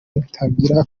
rutangira